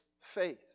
faith